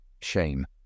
Shame